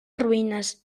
ruïnes